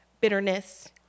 bitterness